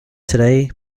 today